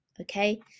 okay